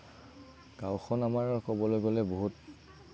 গাওঁখন আমাৰ ক'বলে গ'লে বহুত